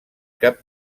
cap